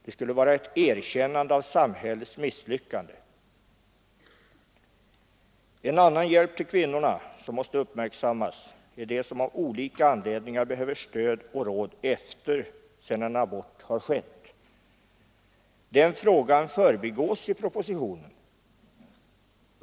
Det skulle vara ett erkännande av samhällets misslyckande. Vi måste också uppmärksamma att en del kvinnor av olika anledningar behöver stöd och råd efter det att en abort har skett. Den frågan förbigås i propositionen.